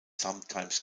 sometimes